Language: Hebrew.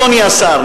אדוני השר,